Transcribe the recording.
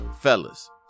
fellas